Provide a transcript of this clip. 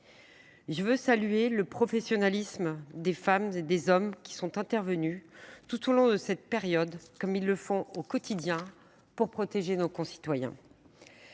Je veux saluer le professionnalisme des femmes et des hommes qui sont intervenus tout au long de cette période, comme ils le font au quotidien, pour protéger nos concitoyens.